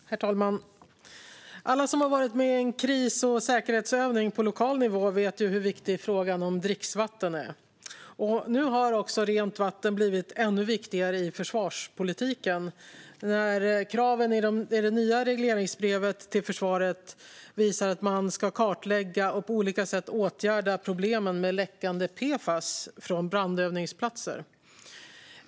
Herr talman! Alla som har varit med i en kris och säkerhetsövning på lokal nivå vet hur viktig frågan om dricksvatten är. Nu har också rent vatten blivit ännu viktigare i försvarspolitiken, när kraven i det nya regleringsbrevet till försvaret visar att man ska kartlägga och på olika sätt åtgärda problemen med läckande PFAS från brandövningsplatser.